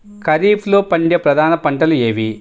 ఖరీఫ్లో పండే ప్రధాన పంటలు ఏవి?